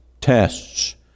tests